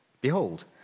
behold